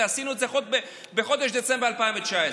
ועשינו את זה בחודש דצמבר 2019,